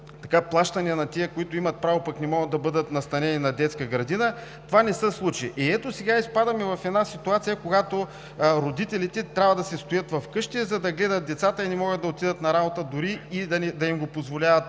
някакви плащания на тези, които имат право, пък не могат да бъдат настанени на детска градина – това не се случи. Ето, сега изпадаме в ситуация, когато родителите трябва да си стоят вкъщи, за да гледат децата и не могат да отидат на работа, дори и да им го позволяват